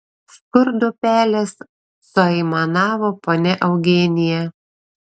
skurdo pelės suaimanavo ponia eugenija